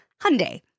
Hyundai